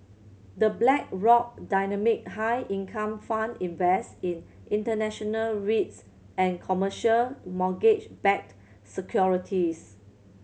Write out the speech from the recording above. The Blackrock Dynamic High Income Fund invest in international REITs and commercial mortgage backed securities